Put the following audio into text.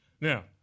Now